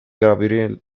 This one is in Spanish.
gabriel